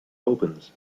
opens